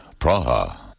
Praha